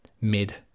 mid